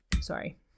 Sorry